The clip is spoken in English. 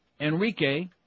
Enrique